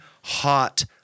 hot